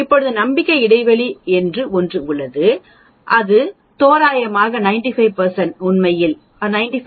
இப்போது நம்பிக்கை இடைவெளி என்று ஒன்று உள்ளது 2 அது தோராயமாக 95 உண்மையில் 95